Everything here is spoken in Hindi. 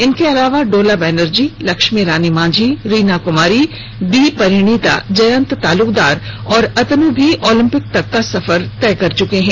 इनके अलावा डोला बनर्जी लक्ष्मी रानी मांझी रीना कुमारी बी परिणीता जयंत तालुकदार और अतनु भी ओलंपिक तक का सफर तय कर चुके हैं